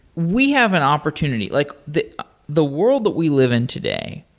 we have an opportunity. like the the world that we live in today,